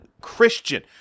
Christian